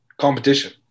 competition